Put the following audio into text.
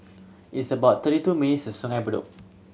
it's about thirty two minutes to Sungei Bedok